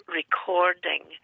recording